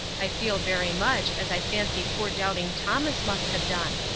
i feel very much as i fancy poor doubting thomas must have done.